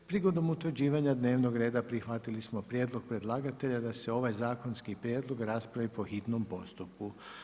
Prigodom utvrđivanja dnevnog reda, prihvatili smo prijedlog predlagatelja da se ovaj zakonski prijedlog raspravi po hitnom postupku.